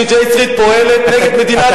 כי J Street פועלת נגד מדינת ישראל בכל מקום אפשרי.